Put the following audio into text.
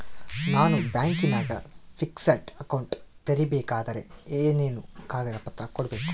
ನಾನು ಬ್ಯಾಂಕಿನಾಗ fixed account ತೆರಿಬೇಕಾದರೆ ಏನೇನು ಕಾಗದ ಪತ್ರ ಕೊಡ್ಬೇಕು?